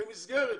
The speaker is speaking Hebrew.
במסגרת.